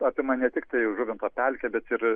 apima ne tiktai žuvinto pelkę bet ir